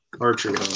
archery